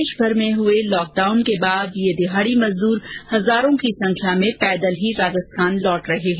देशभर में हुए लॉकडाउन के बाद ये दिहाडी मजदूर हजारों की संख्या में पैदल ही राजस्थान लौट रहे है